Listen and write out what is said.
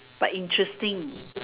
but interesting